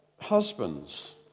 Husbands